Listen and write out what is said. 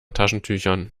taschentüchern